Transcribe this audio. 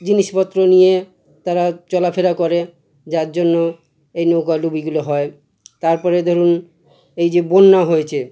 জিনিসপত্র নিয়ে তারা চলাফেরা করে যার জন্য এই নৌকাডুবিগুলি হয় তারপরে ধরুন এই যে বন্যা হয়েছে